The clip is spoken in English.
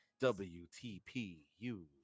wtpu